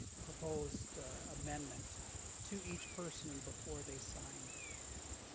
proposed amendment to each person before they sign